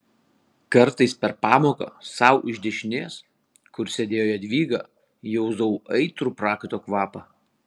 kartais per pamoką sau iš dešinės kur sėdėjo jadvyga jausdavau aitrų prakaito kvapą